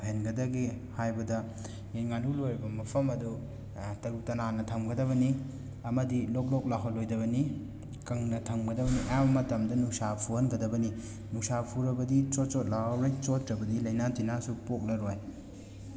ꯑꯣꯏꯍꯟꯒꯗꯒꯦ ꯍꯥꯏꯕꯗ ꯌꯦꯟ ꯉꯥꯅꯨ ꯂꯣꯏꯔꯤꯕ ꯃꯐꯝ ꯑꯗꯨ ꯇꯔꯨ ꯇꯅꯥꯟꯅ ꯊꯝꯒꯗꯕꯅꯤ ꯑꯃꯗꯤ ꯂꯣꯛ ꯂꯣꯛ ꯂꯥꯎꯍꯜ ꯂꯣꯏꯗꯕꯅꯤ ꯀꯪꯅ ꯊꯝꯒꯗꯕꯅꯤ ꯑꯌꯥꯝꯕ ꯃꯇꯝꯗ ꯅꯨꯡꯁꯥ ꯐꯨꯍꯟꯒꯗꯕꯅꯤ ꯅꯨꯡꯁꯥ ꯐꯨꯔꯕꯗꯤ ꯆꯣꯠ ꯆꯣꯠ ꯂꯥꯎꯔꯔꯣꯏ ꯆꯣꯠꯇ꯭ꯔꯕꯗꯤ ꯂꯩꯅ ꯇꯤꯟꯅꯁꯨ ꯄꯣꯛꯂꯔꯣꯏ